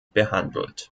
behandelt